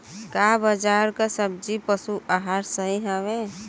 का बाजार क सभी पशु आहार सही हवें?